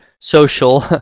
social